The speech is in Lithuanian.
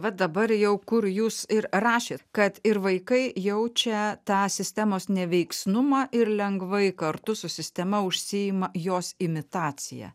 vat dabar jau kur jūs ir rašėt kad ir vaikai jaučia tą sistemos neveiksnumą ir lengvai kartu su sistema užsiima jos imitacija